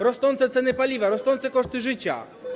Rosną ceny paliwa, rosną koszty życia.